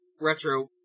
Retro